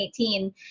2018